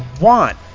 want